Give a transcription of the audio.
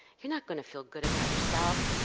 you're not going to feel good about yourself,